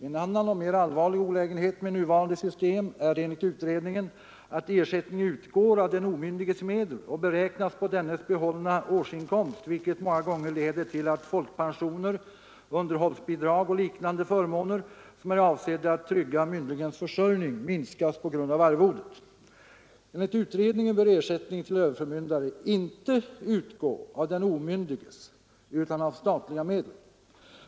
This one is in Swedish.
En annan och mer allvarlig olägenhet med nuvarande system är enligt utredningen att ersättning utgår av den omyndiges medel och beräknas på dennes behållna årsinkomst, vilket många gånger leder till att folkpensioner, underhållsbidrag och liknande förmåner, som är avsedda att trygga myndlingens försörjning, minskas på grund av arvodet. Enligt utredningen bör ersättningen till överförmyndare inte utgå av den omyndiges utan av statliga medel.